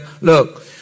look